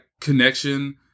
connection